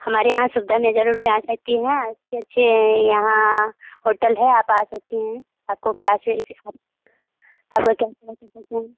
हमारे यहाँ सुविधा मेजा रोड में आ सकती हैं अच्छे अच्छे यहाँ होटल है आप आ सकती हैं आपको क्या आपका क्या सहायता करते हम